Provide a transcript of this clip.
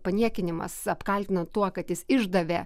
paniekinimas apkaltinant tuo kad jis išdavė